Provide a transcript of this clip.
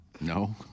no